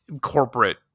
corporate